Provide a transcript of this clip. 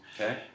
Okay